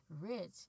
rich